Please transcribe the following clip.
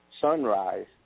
Sunrise